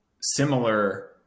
similar